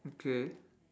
okay